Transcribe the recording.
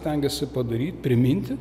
stengiasi padaryt priminti